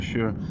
Sure